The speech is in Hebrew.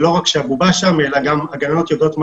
זה לא רק שהבובה שם אלא גם הגננות יודעות מה